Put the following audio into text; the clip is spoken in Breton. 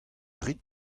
rit